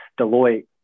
deloitte